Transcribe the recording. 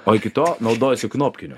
o iki tol naudojausi knopkiniu